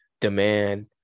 demand